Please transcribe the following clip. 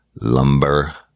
lumber